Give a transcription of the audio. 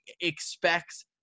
expects